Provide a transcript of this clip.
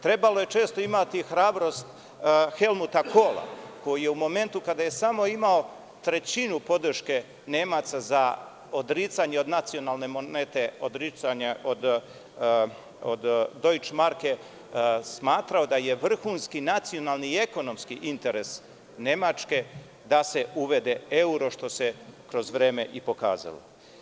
Trebalo je često imati hrabrost Helmuta Kola, koji je u momentu kada je samo imao trećinu podrške Nemaca za odricanje od nacionalne monete, od dojč marke, smatrao da je vrhunski nacionalni i ekonomski interes Nemačke da se uvede evro, što se kroz vreme i pokazalo.